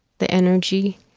the energy.